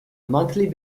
monthly